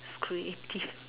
creative